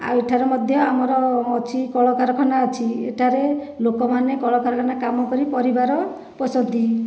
ଆଉ ଏଠାରେ ମଧ୍ୟ ଆମର ଅଛି କଳକାରଖାନା ଅଛି ଏଠାରେ ଲୋକମାନେ କଳକାରଖାନା କାମ କରି ପରିବାର ପୋଷନ୍ତି